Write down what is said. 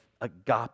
agape